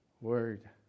word